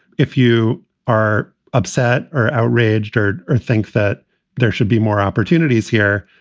if you are upset or outraged or or think that there should be more opportunities here,